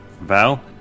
Val